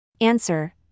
Answer